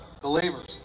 believers